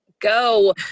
go